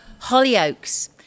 Hollyoaks